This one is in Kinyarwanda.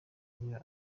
niba